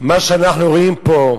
מה שאנחנו רואים פה.